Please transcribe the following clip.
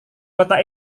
kota